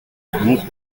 rebours